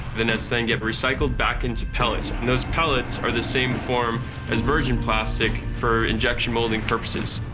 the nets then get recycled back into pellets. those pellets are the same form as virgin plastic for injection molding purposes.